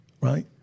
right